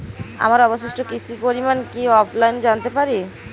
আমার অবশিষ্ট কিস্তির পরিমাণ কি অফলাইনে জানতে পারি?